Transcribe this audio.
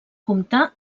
comptar